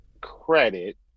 credit